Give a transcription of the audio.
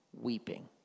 weeping